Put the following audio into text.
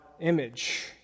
image